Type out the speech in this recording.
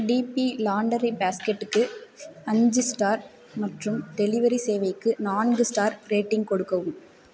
DP laundry பேஸ்கெட்டுக்கு அஞ்சு star மற்றும் டெலிவரி சேவைக்கு நான்கு ஸ்டார் ரேட்டிங் கொடுக்கவும்